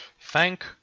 Thank